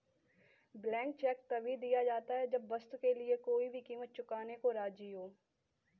blank cheque तभी दिया जाता है जब वस्तु के लिए कोई भी कीमत चुकाने को राज़ी हो